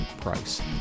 price